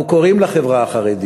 אנו קוראים לחברה החרדית,